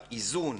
האיזון